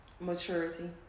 maturity